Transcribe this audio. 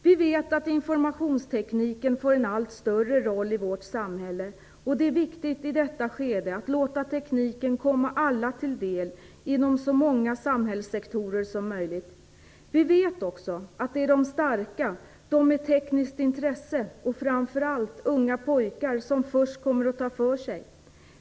Vi vet att informationstekniken får en allt större roll i vårt samhälle, och det är viktigt i detta skede att låta tekniken komma alla till del inom så många samhällssektorer som möjligt. Vi vet också att det är de starka, de med tekniskt intresse och framför allt unga pojkar som först kommer att ta för sig.